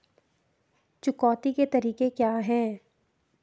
चुकौती के तरीके क्या हैं?